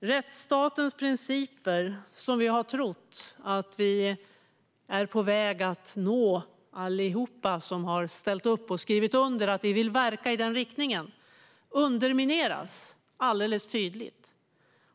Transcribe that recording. Rättsstatens principer, som vi alla som har skrivit under och ställt upp på att verka för, och har trott att vi är på väg att nå, undermineras alldeles tydligt.